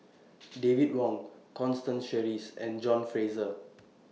David Wong Constance Sheares and John Fraser